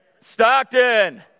Stockton